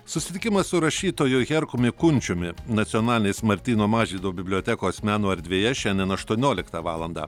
susitikimas su rašytoju herkumi kunčiumi nacionalinės martyno mažvydo bibliotekos meno erdvėje šiandien aštuonioliktą valandą